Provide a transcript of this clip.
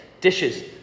Dishes